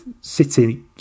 City